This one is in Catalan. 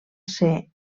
ser